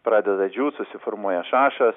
pradeda džiūt susiformuoja šašas